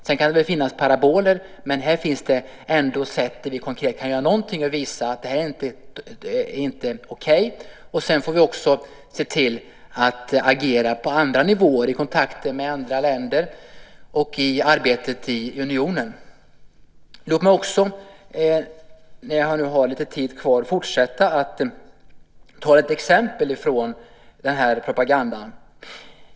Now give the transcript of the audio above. Sedan kan det väl finnas paraboler, men här finns det ändå sätt för oss att göra någonting konkret för att visa att detta inte är okej. Sedan får vi se till att också agera på andra nivåer, i kontakter med andra länder och i arbetet i unionen. Låt mig också när jag nu har lite tid kvar fortsätta med exempel på den här propagandan.